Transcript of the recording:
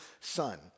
son